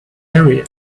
area